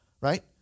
right